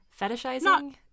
fetishizing